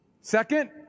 Second